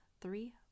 three